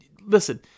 listen